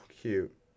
cute